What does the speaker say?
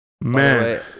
Man